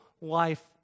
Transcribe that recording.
life